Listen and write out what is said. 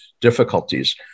difficulties